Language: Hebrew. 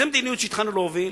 זו מדיניות שהתחלנו להוביל.